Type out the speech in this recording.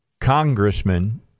Congressman